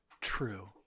true